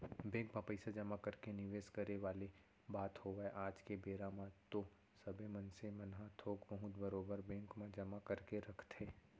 bank म पइसा जमा करके निवेस करे वाले बात होवय आज के बेरा म तो सबे मनसे मन ह थोक बहुत बरोबर बेंक म जमा करके रखथे